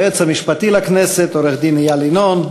היועץ המשפטי לכנסת עורך-דין איל ינון,